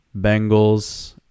Bengals